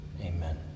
Amen